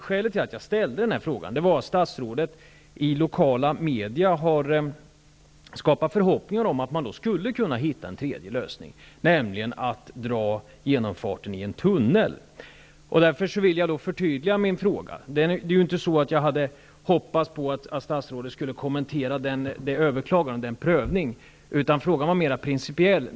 Skälet till att jag ställde frågan var att statsrådet i lokala media skapat förhoppningar om att man skulle kunna hitta en tredje lösning, nämligen att dra genomfarten i en tunnel. Jag vill därför förtydliga min fråga. Jag hade inte hoppats på att statsrådet skulle kommentera överklagandet och prövningen, utan frågan var mer principiell.